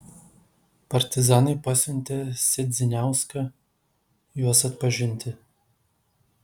partizanai pasiuntė sedziniauską juos atpažinti